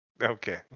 Okay